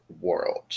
world